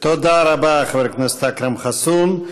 תודה רבה, חבר הכנסת אכרם חסון.